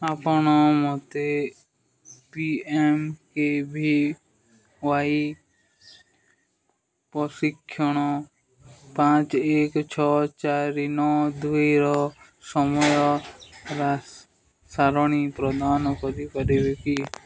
ଆପଣ ମୋତେ P M K V Y ପ୍ରଶିକ୍ଷଣ ପାଞ୍ଚ ଏକ ଛଅ ଚାରି ନଅ ଦୁଇର ସମୟ ସାରଣୀ ପ୍ରଦାନ କରିପାରିବେ କି